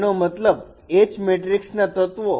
તેનો મતલબ H matrix ના તત્વો